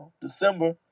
December